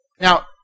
Now